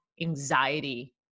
anxiety